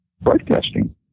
broadcasting